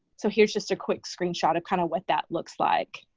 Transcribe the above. so, here's just a quick screenshot of kind of what that looks like.